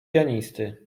pianisty